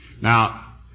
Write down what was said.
Now